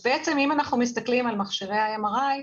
אם אנחנו מסתכלים על מכשירי ה-MRI,